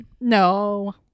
No